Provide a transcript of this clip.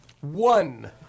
One